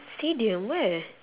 stadium where